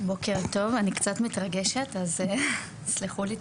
בוקר טוב, אני קצת מתרגשת אז תסלחו לי.